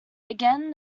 again